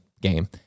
game